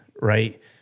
Right